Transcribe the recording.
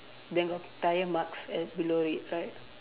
then got tyre marks at below it right